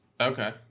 Okay